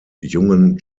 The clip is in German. jungen